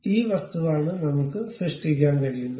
ഈ വസ്തുവാണ് നമുക്ക് സൃഷ്ടിക്കാൻ കഴിയുന്നത്